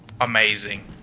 amazing